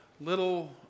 little